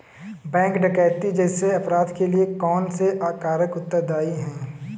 Bank डकैती जैसे अपराध के लिए कौन से कारक उत्तरदाई हैं?